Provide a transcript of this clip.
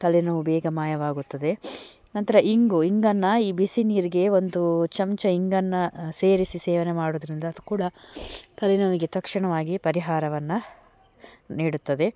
ತಲೆನೋವು ಬೇಗ ಮಾಯವಾಗುತ್ತದೆ ನಂತರ ಇಂಗು ಇಂಗನ್ನು ಈ ಬಿಸಿ ನೀರಿಗೆ ಒಂದು ಚಮಚ ಇಂಗನ್ನು ಸೇರಿಸಿ ಸೇವನೆ ಮಾಡೋದ್ರಿಂದ ಅದು ಕೂಡ ತಲೆನೋವಿಗೆ ತಕ್ಷಣವಾಗಿ ಪರಿಹಾರವನ್ನು ನೀಡುತ್ತದೆ